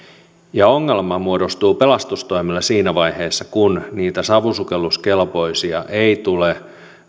ja ongelma muodostuu pelastustoimelle siinä vaiheessa kun niitä savusukelluskelpoisia ei tule